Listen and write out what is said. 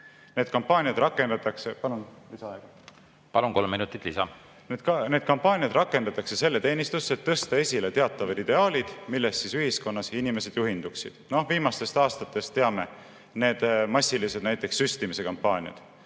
Need kampaaniad rakendatakse selle teenistusse, et tõsta esile teatavad ideaalid, millest ühiskonnas inimesed juhinduksid. Viimastest aastatest teame neid massilise süstimise kampaaniaid.